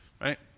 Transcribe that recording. right